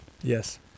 Yes